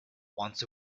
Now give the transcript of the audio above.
once